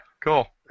cool